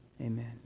Amen